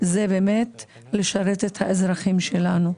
זה באמת לשרת את האזרחים שלנו.